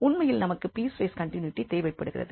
உண்மையில் நமக்கு piecewise continuity தேவைப்படுகிறது